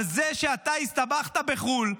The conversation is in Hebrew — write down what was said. על זה שאתה הסתבכת בחו"ל.